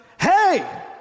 hey